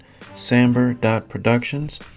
samber.productions